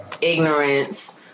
Ignorance